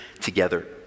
together